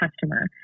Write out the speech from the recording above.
customer